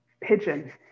pigeon